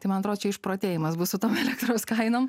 tai man pro čia išprotėjimas bus su tom elektros kainom